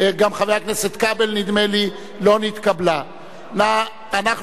ונדמה לי גם חבר הכנסת כבל,